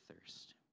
thirst